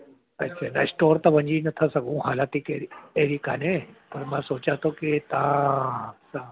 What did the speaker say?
अच्छा न स्टोर त वञी नथा सघूं हालति ई कहिड़ी अहिड़ी काने पर मां सोचा थो की तव्हां सां